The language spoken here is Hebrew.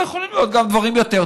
ויכולים להיות גם דברים יותר טובים.